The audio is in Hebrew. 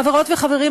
חברים וחברות,